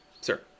Sir